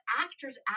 actors